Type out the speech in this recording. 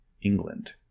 England